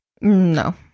No